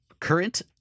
current